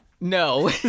no